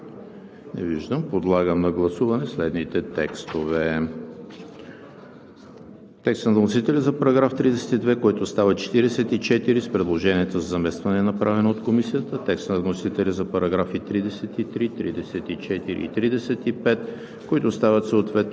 Не виждам. Подлагам на гласуване следните текстове: текста на вносителя за § 32, който става § 44 с предложението за заместване, направено от Комисията; текста на вносителя за параграфи 33, 34 и 35, които стават съответно